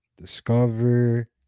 Discover